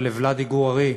ולוולאדי גור-ארי,